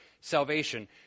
salvation